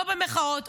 לא במחאות,